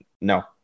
no